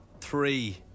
Three